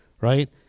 right